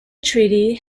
treaty